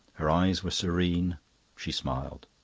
her eyes were serene she smiled.